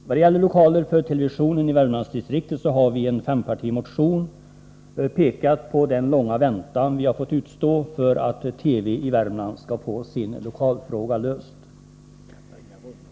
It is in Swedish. När det gäller lokaler för televisionen i Värmlandsdistriktet har vi i en fempartimotion pekat på den långa väntan vi fått utstå på att TV i Värmland skall få sin lokalfråga löst.